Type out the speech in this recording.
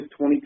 2020